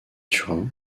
turin